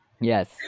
Yes